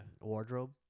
wardrobe